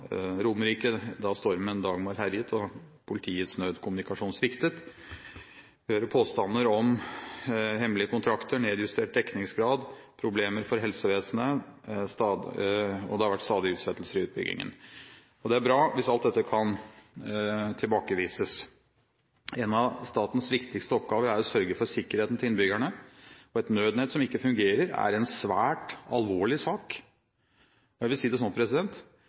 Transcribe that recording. Romerike om da stormen «Dagmar» herjet og politiets nødkommunikasjon sviktet. Vi hører påstander om hemmelige kontrakter, nedjustert dekningsgrad og problemer for helsevesenet, og det har stadig vært utsettelser i utbyggingen. Det er bra hvis alt dette kan tilbakevises. En av statens viktigste oppgaver er å sørge for sikkerheten til innbyggerne. Et nødnett som ikke fungerer, er en svært alvorlig sak. Jeg vil si det sånn